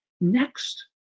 Next